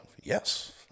yes